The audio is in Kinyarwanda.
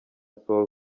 sol